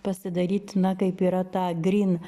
pasidaryt na kaip yra tą grin